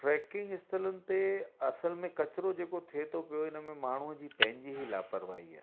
trekking स्थलनि ते असल में कचिरो जेको थिए थो पियो इन में माण्हू जी पंहिंजी ई लापरवाही आहे